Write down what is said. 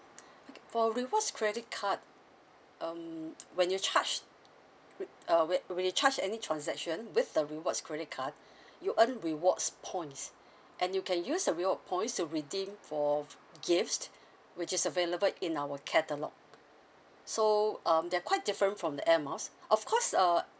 okay for rewards credit card um when you charge re~ uh wait when you charge any transaction with the rewards credit card you earn rewards points and you can use the reward points to redeem for gifts which is available in our catalogue so um they're quite different from the airmiles of course err